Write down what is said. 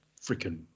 freaking